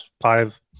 five